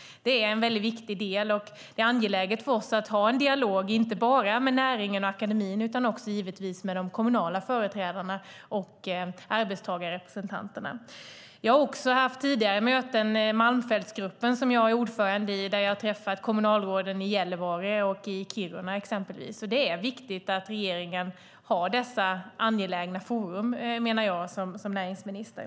Det är en väldigt viktig del, och det är angeläget för oss att ha en dialog inte bara med näringen och akademin utan också med de kommunala företrädarna och arbetstagarrepresentanterna. Jag har tidigare haft möten med Malmfältsgruppen, som jag är ordförande i, där jag har träffat kommunalråden i Gällivare och Kiruna. Det är viktigt att regeringen har dessa angelägna forum, menar jag som näringsminister.